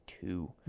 two